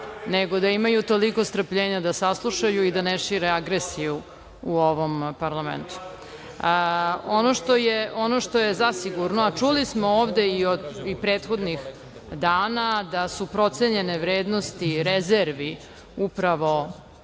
nego da imaju toliko strpljenja da saslušaju i da ne šire agresiju u ovom parlamentu. Ono što je zasigurno, a čuli smo ovde i prethodnih dana da su procenjene vrednosti rezervi upravo